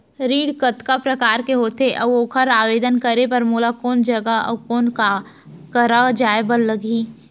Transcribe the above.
ऋण कतका प्रकार के होथे अऊ ओखर आवेदन करे बर मोला कोन जगह अऊ कोन करा जाए बर लागही?